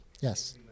Yes